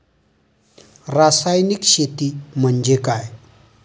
रासायनिक शेती म्हणजे काय?